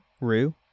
Rue